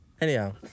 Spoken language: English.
Anyhow